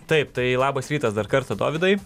taip tai labas rytas dar kartą dovydai